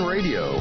Radio